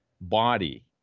body